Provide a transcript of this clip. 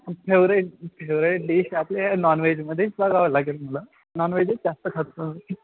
favourite favourite dish आपली नॉनव्जेजमध्येच बघावं लागेल तुला नॉनव्हेजच जास्त खातो आम्ही